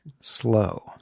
Slow